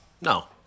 no